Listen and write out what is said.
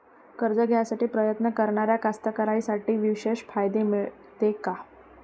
कर्ज घ्यासाठी प्रयत्न करणाऱ्या कास्तकाराइसाठी विशेष फायदे मिळते का?